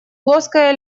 плоское